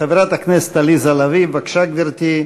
חברת הכנסת עליזה לביא, בבקשה, גברתי.